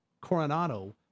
Coronado